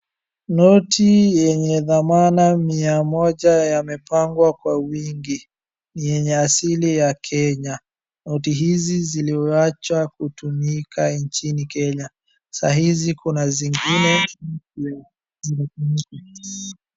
Noti yenye dhamana mia moja yamepangwa kwa wingi yenye asili ya Kenya, noti hizi ziliacha kutumika nchini Kenya, saa hizi kuna zingine.